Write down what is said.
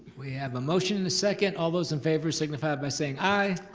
we have a motion and a second, all those in favor signify by saying aye.